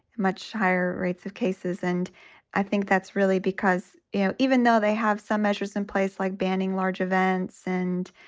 much higher rates of cases. and i think that's really because, you know, even though they have some measures in place, like banning large events and,